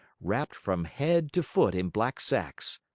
wrapped from head to foot in black sacks.